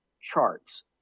charts